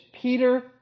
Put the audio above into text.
Peter